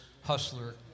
Hustler